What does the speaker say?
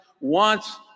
wants